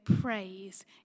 praise